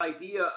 idea